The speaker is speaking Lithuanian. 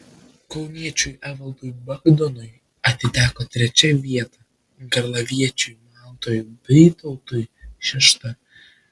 kauniečiui evaldui bagdonui atiteko trečia vieta garliaviečiui mantui bytautui šešta